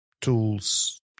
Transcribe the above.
tools